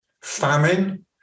famine